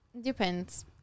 depends